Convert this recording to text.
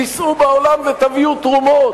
תיסעו בעולם ותביאו תרומות,